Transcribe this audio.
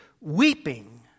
weeping